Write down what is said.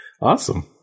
Awesome